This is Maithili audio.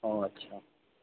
ओ अच्छा